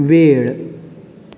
वेळ